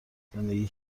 زندگی